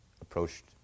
approached